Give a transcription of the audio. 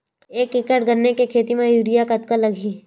एक एकड़ गन्ने के खेती म यूरिया कतका लगही?